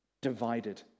divided